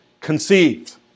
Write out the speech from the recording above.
conceived